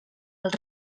els